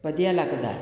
ਵਧੀਆ ਲੱਗਦਾ ਹੈ